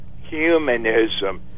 humanism